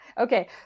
okay